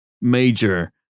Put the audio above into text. major